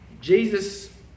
Jesus